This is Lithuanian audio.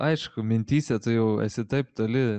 aišku mintyse tu jau esi taip toli